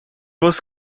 was